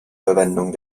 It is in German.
verwendung